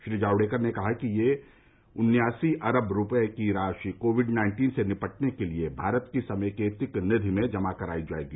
श्री जावड़ेकर ने कहा कि यह उन्यासी अरब रुपये की राशि कोविड नाइन्टीन से निपटने के लिए भारत की समेकित निधि में जमा कराई जाएगी